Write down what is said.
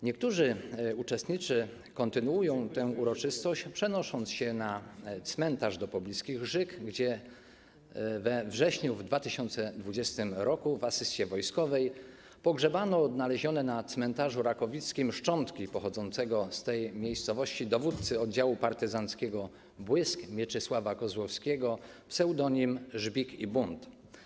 Niektórzy uczestnicy kontynuują tę uroczystość, przenosząc się na cmentarz do pobliskich Rzyk, gdzie we wrześniu 2020 r. w asyście wojskowej pogrzebano odnalezione na cmentarzu Rakowickim szczątki pochodzącego z tej miejscowości dowódcy oddziału partyzanckiego ˝Błysk˝ Mieczysława Kozłowskiego ps. Żbik i Bunt.